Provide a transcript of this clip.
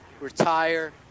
retire